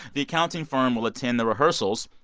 the accounting firm will attend the rehearsals.